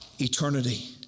eternity